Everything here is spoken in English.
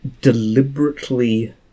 deliberately